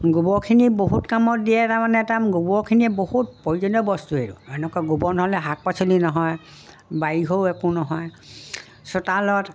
গোবৰখিনি বহুত কামত দিয়ে তাৰমানে তা গোবৰখিনি বহুত প্ৰয়োজনীয় বস্তুৱেই এনেকুৱা গোবৰ নহ'লে শাক পাচলি নহয় বাৰীহও একো নহয় চোতালত